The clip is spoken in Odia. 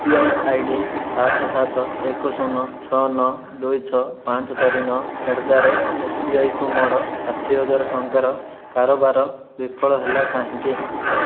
you P I I D ସାତ ସାତ ଏକ ଶୂନ ଛଅ ନଅ ଦୁଇ ଛଅ ପାଞ୍ଚ ଚାରି ନଅ ଆଟ୍ ଦ ରେଟ୍ ଏସ୍ବିଆଇକୁ ମୋର ଷାଠିଏ ହଜାର ଟଙ୍କାର କାରବାର ବିଫଳ ହେଲା କାହିଁକି